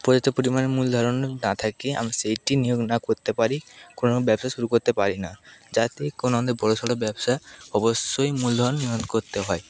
প্রযুক্ত পরিমাণে মূলধারণ না থাকে আমি সেইটি নিয়োগ না করতে পারি কোনো ব্যবসা শুরু করতে পারি না যাতে কোনো আমাদের বড়ো সড়ো ব্যবসা অবশ্যই মূলধন নিয়োগ করতে হয়